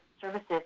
services